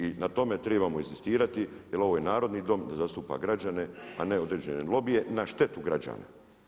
I na tome trebamo inzistirati jer ovo je narodni Dom, da zastupa građane a ne određene lobije na štetu građana.